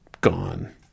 gone